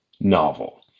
novel